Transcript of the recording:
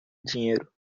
dinheiro